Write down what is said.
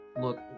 look